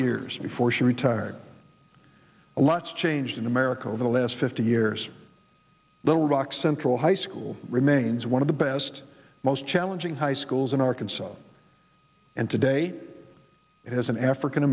years before she retired a lot changed in america over the last fifty years little rock central high school remains one of the best most challenging high schools in arkansas and today has an african